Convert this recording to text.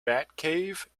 batcave